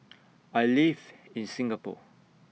I live in Singapore